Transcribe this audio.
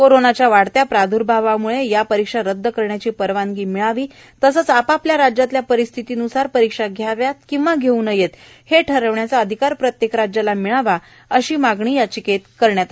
कोरोनाच्या वाढत्या प्रादुर्भावामुळे या परीक्षा रदद करण्याची परवानगी मिळावी तसंच आपापल्या राज्यातल्या परिस्थितीनुसार परीक्षा घ्याव्यात किंवा घेऊ नयेत हे ठरवण्याचा अधिकार प्रत्येक राज्याला मिळावा अशी मागणी या याचिकेत केली आहे